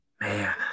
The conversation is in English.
Man